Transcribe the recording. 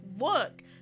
Look